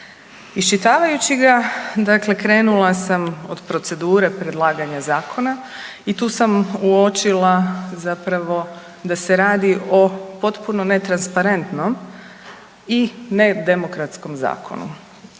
Iščitavajući ga, dakle krenula sam od procedure predlaganja zakona i tu sam uočila zapravo da se radi o potpuno netransparentnom i nedemokratskom zakonu.